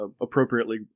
appropriately